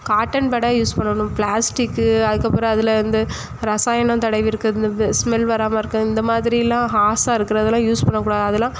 cotton பேடாக use பண்ணணும் plastic அதுக்கப்புறம் அதில் இந்த ரசாயனம் தடவி இருக்கிறது இந்த இந்த ஸ்மெல் வராமல் இருக்க இந்தமாதிரில்லாம் ஹார்ஸாக இருக்கிறதெல்லாம் யூஸ் பண்ணக்கூடாது அதெல்லாம்